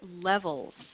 levels